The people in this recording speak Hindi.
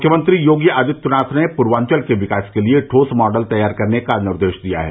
मुख्यमंत्री योगी आदित्यनाथ ने पूर्वांचल के विकास के लिए ठोस मॉडल तैयार करने का निर्देश दिया है